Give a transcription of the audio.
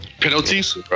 Penalties